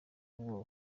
ubwoba